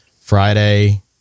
friday